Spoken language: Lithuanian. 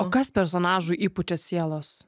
o kas personažui įpučia sielos